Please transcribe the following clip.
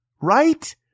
right